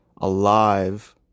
alive